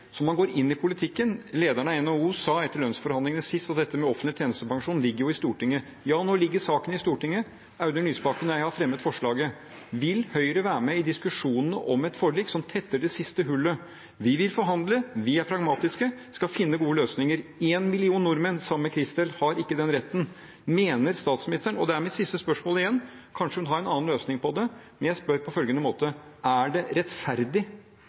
så man går inn i politikken. Lederen av NHO sa etter lønnsforhandlingene sist at dette med offentlig tjenestepensjon ligger i Stortinget. Ja, nå ligger saken i Stortinget, Audun Lysbakken og jeg har fremmet forslaget. Vil Høyre være med i diskusjonene om et forlik som tetter det siste hullet? Vi vil forhandle, vi er pragmatiske og skal finne gode løsninger. En million nordmenn, sammen med Christel, har ikke den retten. Dette er mitt siste spørsmål, kanskje statsministeren har en annen løsning på det, men jeg spør på følgende måte: Er det rettferdig